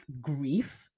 grief